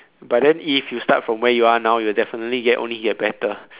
but then if you start from where you are now you will definitely get only get better